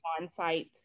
on-site